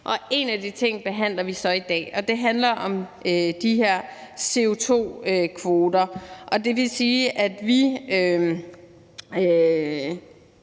en af de ting behandler vi så i dag, og det handler om de her CO2-kvoter,